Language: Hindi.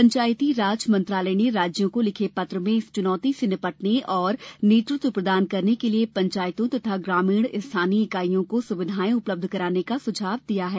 पंचायती राज मंत्रालय ने राज्यों को लिखे पत्र में इस चुनौती से निपटने और नेतृत्व प्रदान करने के लिए पंचायतों तथा ग्रामीण स्थानीय इकाइयों को सुविधाएं उपलब्ध कराने का सुझाव दिया है